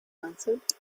answered